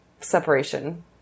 separation